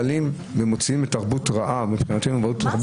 ומוציאים אותם לתרבות רעה ואחרת.